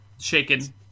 Shaken